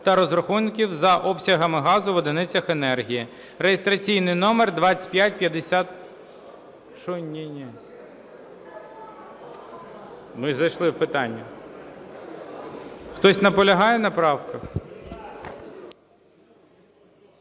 та розрахунків за обсягом газу в одиницях енергії (реєстраційний номер 25…).